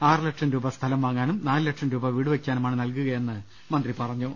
ആറു ലക്ഷം രൂപ സ്ഥലം വാങ്ങാനും നാലു ലക്ഷം രൂപ വീട് വയ്ക്കാനുമാണ് നൽകുക യെന്ന് അദ്ദേഹം പറഞ്ഞു